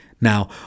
Now